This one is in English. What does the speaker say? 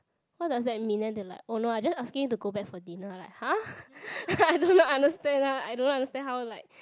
what does that mean then they like oh no I just asking you to go back for dinner like !huh! no lah understand lah I don't understand how like